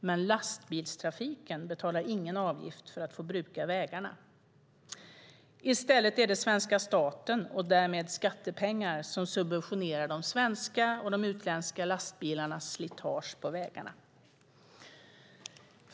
Men lastbilstrafiken betalar ingen avgift för att få bruka vägarna. I stället är det svenska staten och därmed skattepengar som subventionerar de svenska och de utländska lastbilarnas slitage på vägarna.